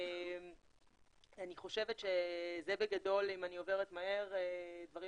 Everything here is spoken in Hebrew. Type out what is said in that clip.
אני חושבת שזה בגדול, אלה הדברים